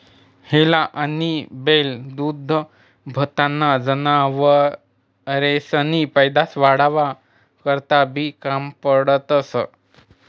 हेला आनी बैल दूधदूभताना जनावरेसनी पैदास वाढावा करता बी काम पडतंस